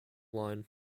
line